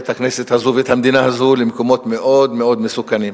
את הכנסת הזו ואת המדינה הזו למקומות מאוד מאוד מסוכנים.